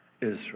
Israel